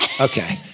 Okay